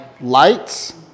lights